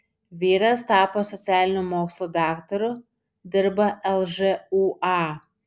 vyras tapo socialinių mokslų daktaru dirba lžūa